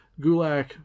Gulak